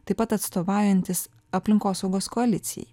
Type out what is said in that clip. taip pat atstovaujantis aplinkosaugos koalicijai